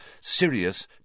Sirius